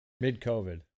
Mid-COVID